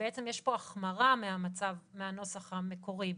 בעצם יש פה החמרה מהנוסח המקורי.